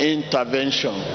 Intervention